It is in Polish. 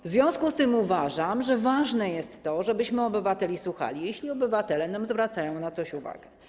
W związku z tym uważam, że ważne jest to, żebyśmy obywateli słuchali, jeśli obywatele zwracają nam na coś uwagę.